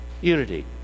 unity